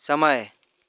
समय